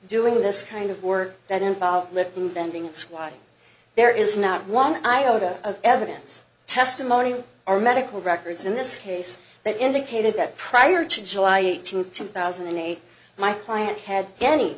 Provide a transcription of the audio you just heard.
doing this kind of work that involved lifting bending that's why there is not one iota of evidence testimony or medical records in this case that indicated that prior to july eighteenth two thousand and eight my client had any